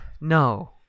No